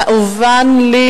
הובן לי,